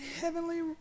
heavenly